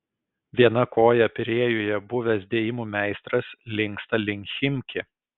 viena koja pirėjuje buvęs dėjimų meistras linksta link chimki